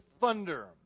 thunder